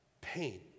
pain